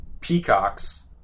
peacocks